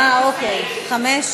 אה, אוקיי, 5?